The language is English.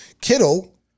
Kittle